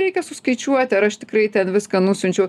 reikia suskaičiuoti ar aš tikrai ten viską nusiunčiau